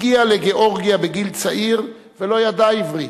הגיע לגאורגיה בגיל צעיר, ולא ידע עברית.